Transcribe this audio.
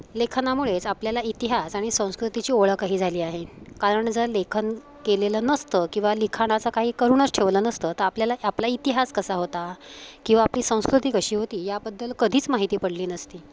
लेखनामुळेच आपल्याला इतिहास आणि संस्कृतीची ओळखही झाली आहे कारण जर लेखन केलेलं नसतं किंवा लिखाणाचं काही करूनच ठेवलं नसतं तर आपल्याला आपला इतिहास कसा होता किंवा आपली संस्कृती कशी होती याबद्दल कधीच माहिती पडली नसती